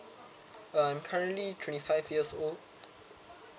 um currently twenty five years old